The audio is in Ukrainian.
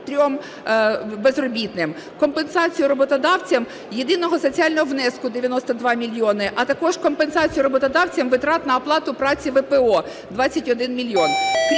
компенсацію роботодавцям єдиного соціального внеску – 92 мільйони, а також компенсацію роботодавцям витрат на оплату праці ВПО – 21 мільйон.